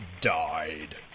died